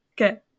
Okay